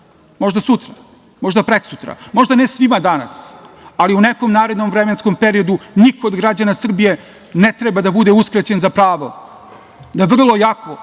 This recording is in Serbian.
možda sutra, možda prekosutra, možda ne svima danas, ali u nekom narednom vremenskom periodu niko od građana Srbije ne treba da bude uskraćen za pravo da vrlo lako